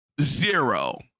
zero